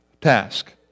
task